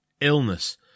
illness